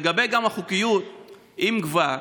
לגבי החוקיות: אם כבר,